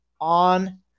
on